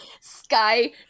Sky